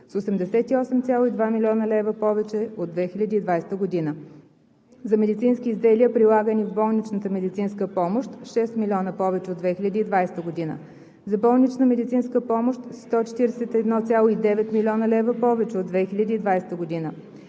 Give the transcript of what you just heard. с 88,2 млн. лв. повече от 2020 г. 6. за медицински изделия, прилагани в болничната медицинска помощ 6,0 млн. лв. от 2020 г. 7. за болнична медицинска помощ 141,9 млн. лв. повече от 2020 г.